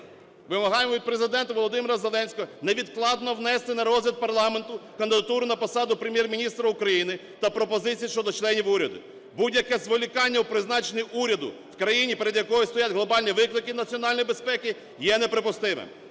…вимагаємо від Президента Володимира Зеленського невідкладно внести на розгляд парламенту кандидатуру на посаду Прем’єр-міністра України та пропозиції щодо членів уряду. Будь-яке зволікання у призначенні уряду в країні, перед якою стоять глобальні виклики національної безпеки, є неприпустимим.